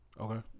Okay